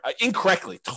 incorrectly